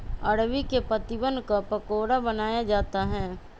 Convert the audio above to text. अरबी के पत्तिवन क पकोड़ा बनाया जाता है